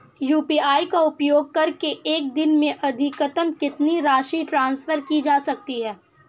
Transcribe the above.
UPI का उपयोग करके एक दिन में अधिकतम कितनी राशि ट्रांसफर की जा सकती है?